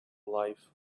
life